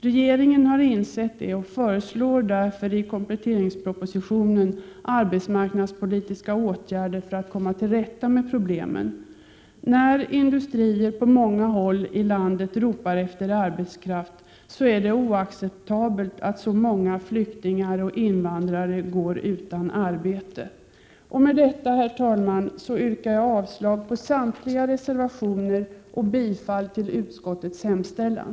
Regeringen har insett det och föreslår därför i kompletteringspropositionen arbetsmarknadspolitiska åtgärder för att komma till rätta med problemen. När industrier på många håll i landet ropar efter arbetskraft är det oacceptabelt att så många flyktingar och invandrare går utan arbete. Med detta, herr talman, yrkar jag avslag på samtliga reservationer och bifall till utskottets hemställan.